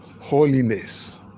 holiness